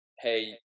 hey